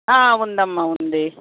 ఉందమ్మా ఉంది